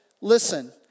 listen